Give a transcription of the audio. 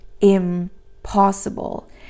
impossible